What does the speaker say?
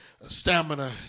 stamina